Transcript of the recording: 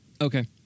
Okay